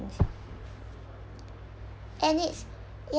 and it's ya